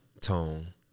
tone